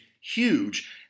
huge